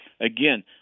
again